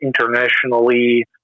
internationally